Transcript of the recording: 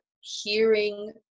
hearing